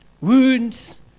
wounds